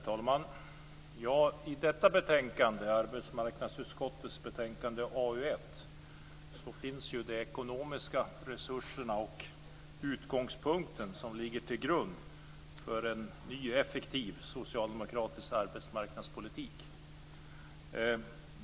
Herr talman! I detta betänkande, arbetsmarknadsutskottets betänkande AU1, finns de ekonomiska resurserna och utgångspunkten som ligger till grund för en ny och effektiv socialdemokratisk arbetsmarknadspolitik.